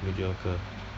mediocre